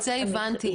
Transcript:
את זה אני מבינה.